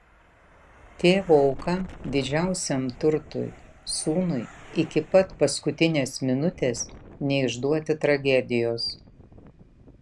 tėvo auka didžiausiam turtui sūnui iki pat paskutinės minutės neišduoti tragedijos